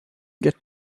get